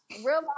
Real